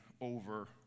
over